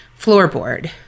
floorboard